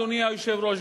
אדוני היושב-ראש,